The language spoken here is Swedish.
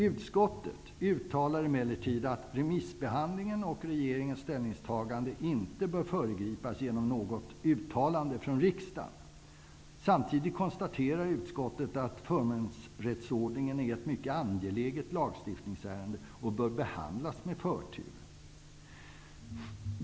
Utskottet uttalar emellertid att remissbehandlingen och regeringens ställningstagande inte bör föregripas genom något uttalande från riksdagen. Samtidigt konstaterar utskottet att förmånsrättsordningen är ett mycket angeläget lagstiftningsärende och bör behandlas med förtur.